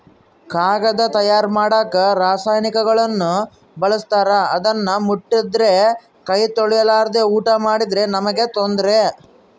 ಕಾಗದ ತಯಾರ ಮಾಡಕ ರಾಸಾಯನಿಕಗುಳ್ನ ಬಳಸ್ತಾರ ಅದನ್ನ ಮುಟ್ಟಿದ್ರೆ ಕೈ ತೊಳೆರ್ಲಾದೆ ಊಟ ಮಾಡಿದ್ರೆ ನಮ್ಗೆ ತೊಂದ್ರೆ